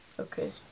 okay